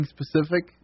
specific